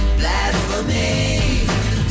blasphemy